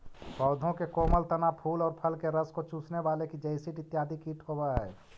पौधों के कोमल तना, फूल और फल के रस को चूसने वाले की जैसिड इत्यादि कीट होवअ हई